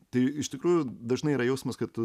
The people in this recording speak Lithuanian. tai iš tikrųjų dažnai yra jausmas kad